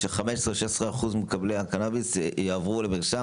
ש-15%-16% מקבלי הקנביס יעברו למרשם,